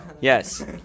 Yes